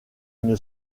une